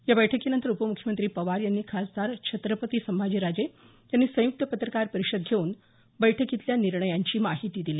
या बैठकीनंतर उपमुख्यमंत्री पवार आणि खासदार छत्रपती संभाजीराजे यांनी संयुक्त पत्रकार परिषद घेऊन बैठकीतल्या निर्णयांची माहिती दिली